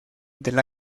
del